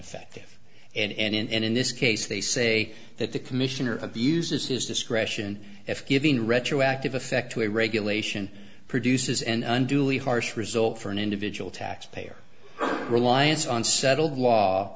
effective and in this case they say that the commissioner abuses his discretion if giving retroactive effect to a regulation produces an unduly harsh result for an individual taxpayer reliance on settled law